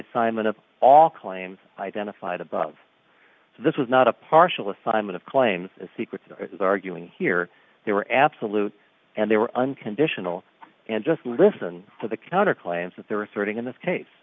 assignment of all claims identified above this was not a partial assignment of claims secret is arguing here they were absolute and they were unconditional and just listen to the counter claims that there are sorting in this case